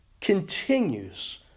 continues